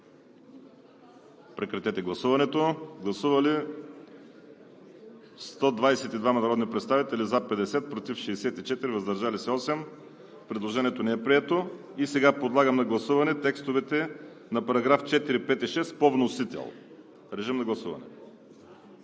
от Комисията. Гласували 122 народни представители: за 50, против 64, въздържали се 8. Предложението не е прието. Подлагам на гласуване текстовете на параграфи 4, 5 и 6 по вносител. Гласували